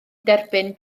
derbyn